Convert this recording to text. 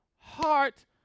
heart